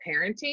parenting